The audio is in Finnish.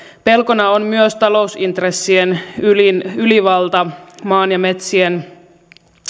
pelkona on myös talousintressien ylivalta maan ja metsien